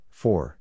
four